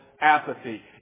apathy